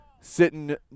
Sitting